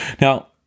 Now